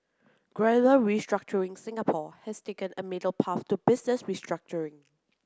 gradual restructuring Singapore has taken a middle path to business restructuring